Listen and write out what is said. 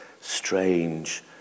strange